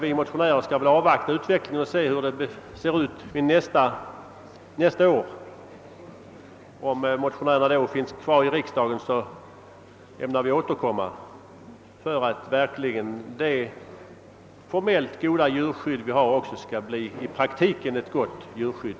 Vi motionärer får avvakta utvecklingen och se hur det står till nästa år. Om vi då finns kvar i riksdagen ämnar vi återkomma för att det formellt goda djurskydd som finns också i praktiken skall bli ett gott djurskydd.